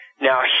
now